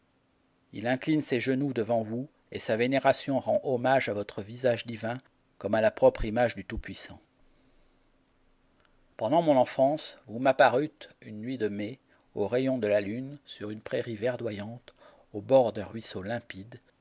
il incline ses genoux devant vous et sa vénération rend hommage à votre visage divin comme à la propre image du tout-puissant pendant mon enfance vous m'apparûtes une nuit de mai aux rayons de la lune sur une prairie verdoyante aux bords d'un ruisseau limpide